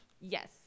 Yes